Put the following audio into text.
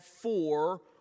four